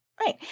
right